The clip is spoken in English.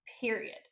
period